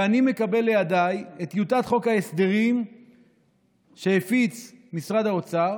ואני מקבל לידיי את טיוטת חוק ההסדרים שהפיץ משרד האוצר,